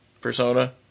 Persona